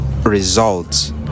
results